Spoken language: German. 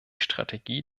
strategie